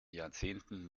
jahrzehnten